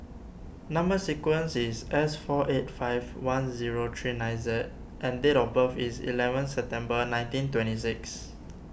Number Sequence is S four eight five one zero three nine Z and date of birth is eleven September nineteen twenty six